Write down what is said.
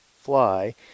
fly